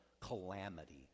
calamity